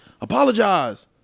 Apologize